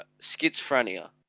schizophrenia